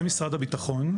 זה משרד הביטחון.